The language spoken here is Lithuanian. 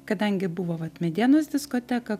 kadangi buvo vat medienos diskoteka